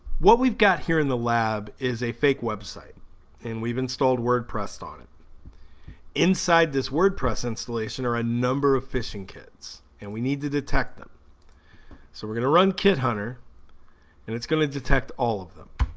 what we've got here in the lab is a fake website and we've installed wordpress on it inside this wordpress installation are a number of fishing kits and we need to detect them so we're gonna run kit hunter and it's gonna detect all of them